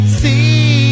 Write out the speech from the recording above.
see